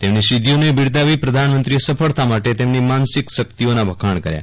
તેમની સિદ્ધિઓને બિરદાવી પ્રધાનમંત્રીએ સફળતા માટે તેમની માનસિક શક્તિઓનાં વખામ કર્યા